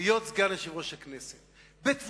להיות סגן יושב-ראש הכנסת, בתבונה,